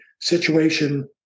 situation